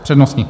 Přednostní.